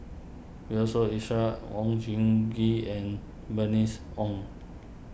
Yusof Ishak Oon Jin Gee and Bernice Ong